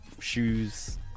shoes